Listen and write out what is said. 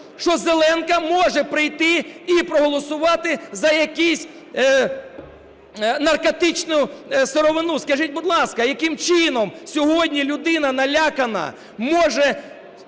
що "зеленка" може прийти і проголосувати за якусь наркотичну сировину. Скажіть, будь ласка, яким чином сьогодні людина налякана може